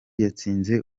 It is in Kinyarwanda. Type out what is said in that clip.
yatsinze